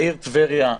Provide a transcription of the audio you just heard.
העיר טבריה,